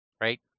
Right